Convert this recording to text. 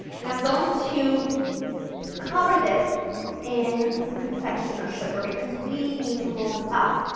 and i'm going to cover this in some confectioner sugar because we need to roll this up.